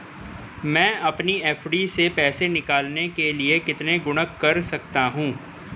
मैं अपनी एफ.डी से पैसे निकालने के लिए कितने गुणक कर सकता हूँ?